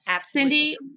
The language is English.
Cindy